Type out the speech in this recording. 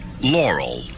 Laurel